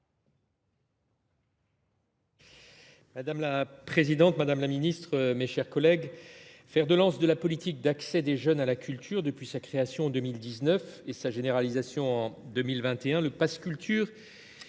Madame la présidente, madame la ministre, mes chers collègues, fer de lance de la politique d’accès des jeunes à la culture depuis sa création en 2019 et sa généralisation en 2021, le pass Culture